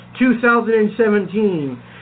2017